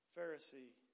Pharisee